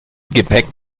gepäck